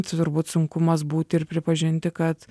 turbūt sunkumas būti ir pripažinti kad